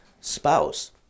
spouse